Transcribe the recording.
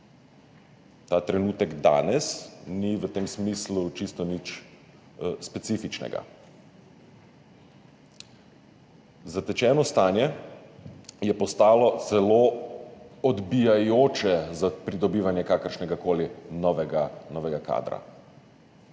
Ta trenutek danes ni v tem smislu čisto nič specifičen, zatečeno stanje je postalo zelo odbijajoče za pridobivanje kakršnegakoli novega kadra.